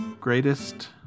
greatest